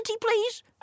please